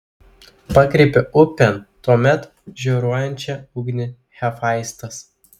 pakreipė upėn tuomet žioruojančią ugnį hefaistas